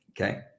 Okay